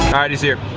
alright he's here